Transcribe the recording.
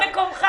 נכון,